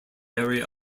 area